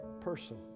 person